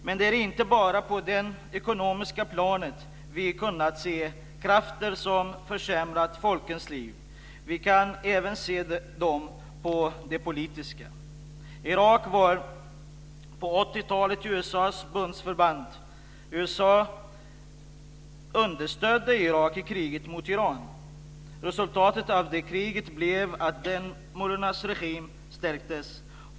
Men det är inte bara på det ekonomiska planet som vi kunnat se krafter som försämrat folkens liv. Vi kan se dem även på det politiska planet. Irak var på 80-talet USA:s bundsförvant. USA understödde Irak i kriget mot Iran. Resultatet av det kriget blev att mullornas regim stärktes.